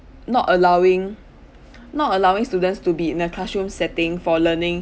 not allowing not allowing students to be in a classroom setting for learning